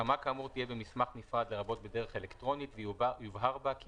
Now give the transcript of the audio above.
הסכמה כאמור תהיה במסמך נפרד לרבות בדרך אלקטרונית ויובהר בה כי